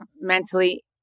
mentally